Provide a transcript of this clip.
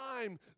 time